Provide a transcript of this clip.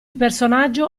personaggio